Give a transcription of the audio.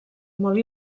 molt